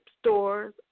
stores